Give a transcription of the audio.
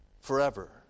forever